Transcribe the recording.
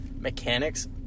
Mechanics